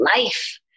life